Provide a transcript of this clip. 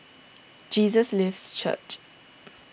Jesus Lives Church